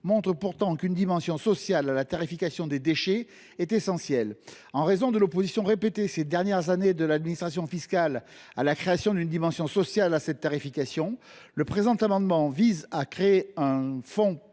montrent pourtant qu’une dimension sociale à la tarification des déchets est essentielle. En raison de l’opposition répétée ces dernières années de l’administration fiscale à la création d’une dimension sociale à cette tarification, le présent amendement vise à créer un